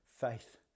faith